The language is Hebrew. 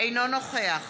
אינו נוכח